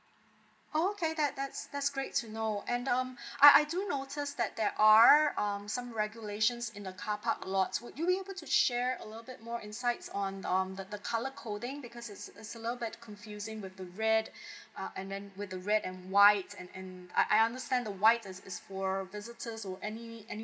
oh okay that that's that's great to know and um I I do notice that there are some regulations in the car park lot would you be able to share a little bit more insights on um the the colour coding because it's it's a little bit confusing with the red uh and then with the red and white and um I I understand the white is is for visitors for any anyone